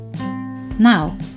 Now